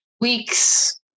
weeks